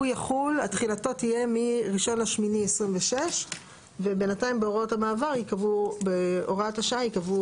תחילתו תהיה מ-1.8.2026 ובינתיים בהוראת השעה ייקבעו